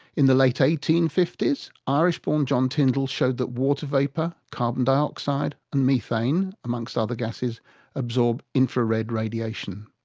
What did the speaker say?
in the late eighteen fifty s irish-born john tyndall showed that water vapour, carbon dioxide, and methane amongst other gases absorb infra-red radiation.